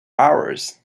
hours